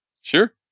Sure